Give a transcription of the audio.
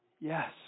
Yes